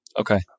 Okay